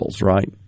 right